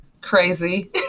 Crazy